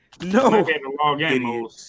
no